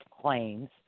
claims